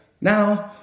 now